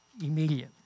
immediate